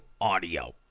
audio